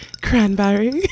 cranberry